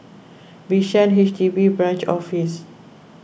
Bishan H D B Branch Office